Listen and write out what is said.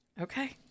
Okay